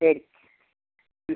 ശരി